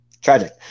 Tragic